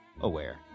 aware